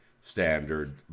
standard